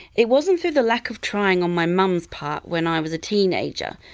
it wasn't for the lack of trying on my mum's part when i was a teenager.